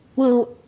well,